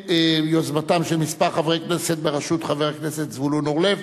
ביוזמתם של כמה חברי כנסת בראשות חבר הכנסת זבולון אורלב,